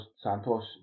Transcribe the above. Santos